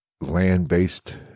land-based